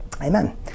Amen